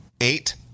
eight